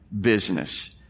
business